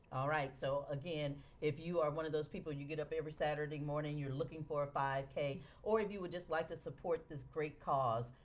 all right, so again if you are one of those people you get up every saturday morning you're looking for a five k or if you would just like to support this great cause,